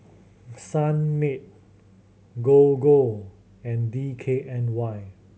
Sunmaid Gogo and D K N Y